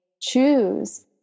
choose